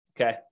okay